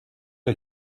que